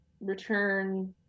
return